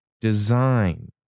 design